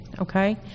okay